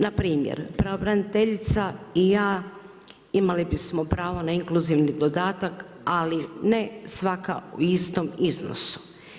Npr. pravobraniteljica i ja imale bismo pravo na inkluzivni dodatak ali ne svaka u istom iznosu.